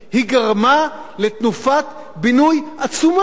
היא גרמה לתנופת בינוי עצומה.